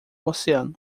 oceano